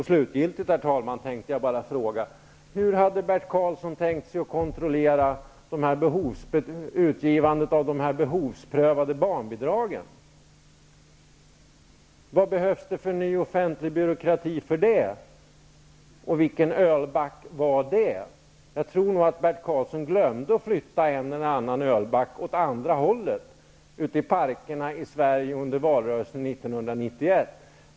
Slutgiltigt, herr talman, tänkte jag bara fråga: Hur hade Bert Karlsson tänkt sig kontrollera utgivandet av de behovsprövade barnbidragen? Vilken ny offentlig byråkrati behövs för det? Och vilken ölback var det? Jag tror nog att Bert Karlsson glömde flytta en och annan ölback åt andra hållet i parkerna under valrörelsen 1991.